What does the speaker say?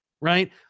right